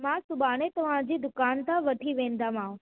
मां सुभाणे तव्हांजी दुकानु तां वठी वेंदीमाव